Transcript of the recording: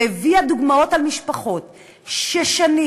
והביאה דוגמאות על משפחות ששנים,